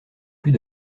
plus